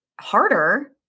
harder